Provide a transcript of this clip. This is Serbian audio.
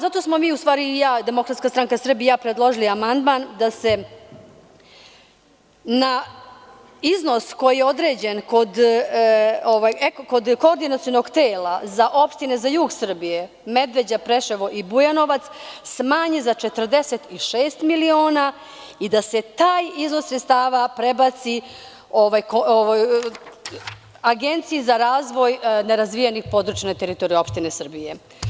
Zato smo mi, DSS i ja, predložili amandman da se na iznos koji je određen kod Koordinacionog tela za opštine za jug Srbije Medveđa, Preševo i Bujanovac smanji za 46 miliona i da se taj iznos sredstava prebaci Agenciji za razvoj nerazvijenih područja na teritoriji Republike Srbije.